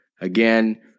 Again